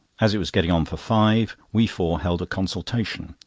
as it was getting on for five, we four held a consultation,